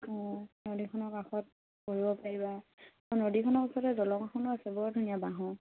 অঁ নদীখনৰ কাষত বহিব পাৰিবা নদীখনৰ ওচৰতে দলং এখনো আছে বৰ ধুনীয়া বাঁহৰ